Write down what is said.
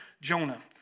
Jonah